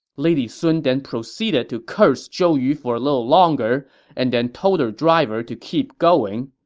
lady sun then proceeded to curse zhou yu for a little longer and then told her driver to keep going.